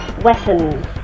weapons